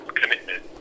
commitment